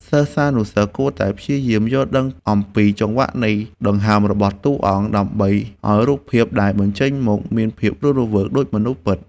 សិស្សានុសិស្សគួរតែព្យាយាមយល់ដឹងអំពីចង្វាក់នៃដង្ហើមរបស់តួអង្គ ដើម្បីឱ្យរូបភាពដែលបញ្ចេញមកមានភាពរស់រវើកដូចមនុស្សពិត។